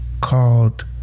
called